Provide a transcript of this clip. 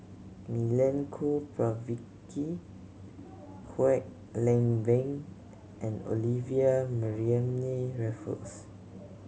Milenko Prvacki Kwek Leng Beng and Olivia Mariamne Raffles